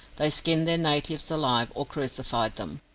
they skinned their natives alive, or crucified them.